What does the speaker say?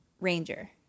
ranger